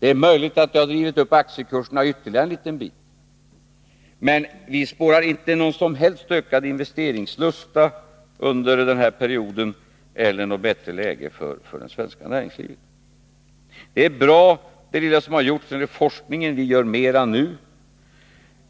Det är möjligt att det har drivit upp aktiekurserna ytterligare en bit, men vi spårade inte någon som helst ökad investeringslusta eller något bättre läge för det svenska näringslivet under den här perioden. Det lilla som har gjorts när det gäller forskning är bra. Vi kommer att göra mera nu,